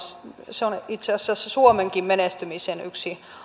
se on itse asiassa suomenkin menestymisen yksi